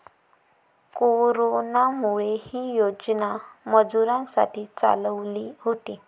कोरोनामुळे, ही योजना मजुरांसाठी चालवली होती